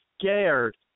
scared